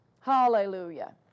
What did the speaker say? hallelujah